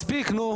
מספיק.